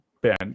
Ben